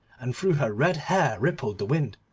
and through her red hair rippled the wind.